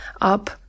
up